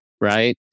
right